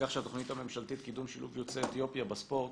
שהתוכנית הממשלתית "קידום שילוב יוצאי אתיופיה בספורט"